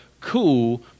cool